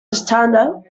standard